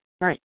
Right